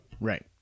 Right